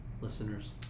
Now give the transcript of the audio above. listeners